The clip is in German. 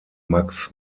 max